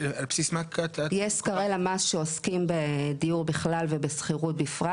יש סקרי למ"ס שעוסקים בדיור בכלל ובשכירות בפרט.